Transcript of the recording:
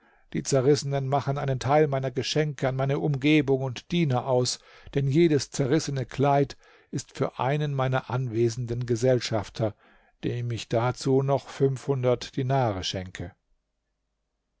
die zerrissenen machen einen teil meiner geschenke an meine umgebung und diener aus denn jedes zerrissene kleid ist für einen meiner anwesenden gesellschafter dem ich dazu noch fünfhundert dinare schenke